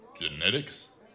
Genetics